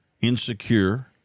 insecure